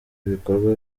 ibikorwa